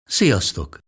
Sziasztok